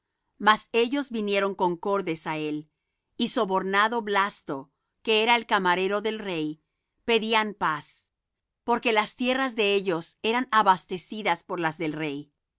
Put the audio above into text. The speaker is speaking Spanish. mas ellos vinieron concordes á él y sobornado blasto que era el camarero del rey pedían paz porque las tierras de ellos eran abastecidas por las del rey y